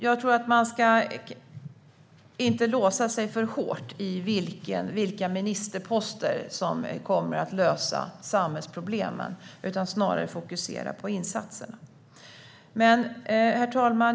Jag tror att man inte ska låsa sig för hårt i vilka ministerposter som kommer att lösa samhällsproblemen utan snarare fokusera på insatserna. Herr talman!